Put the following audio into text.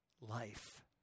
life